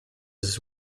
his